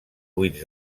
buits